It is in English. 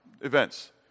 events